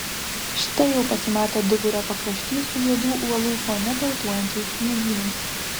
štai jau pasimatė duburio pakraštys su juodų uolų fone baltuojančiais sniegynais